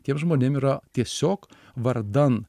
tiem žmonėm yra tiesiog vardan